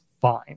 fine